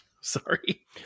Sorry